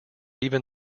even